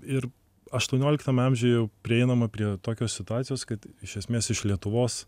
ir aštuonioliktame amžiuje jau prieinama prie tokios situacijos kad iš esmės iš lietuvos